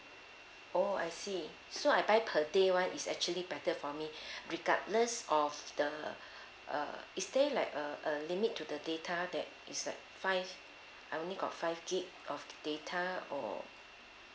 oh I see so I buy per day one is actually better for me regardless of the uh is there like uh a limit to the data that is like five I only got five gig of data or